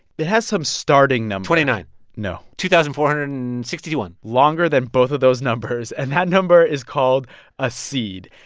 it has some starting number twenty-nine no two thousand four hundred and sixty-one longer than both of those numbers. and that number is called a seed.